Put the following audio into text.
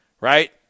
right